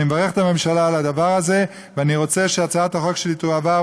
אני מברך את הממשלה על הדבר הזה ורוצה שהצעת החוק שלי תועבר,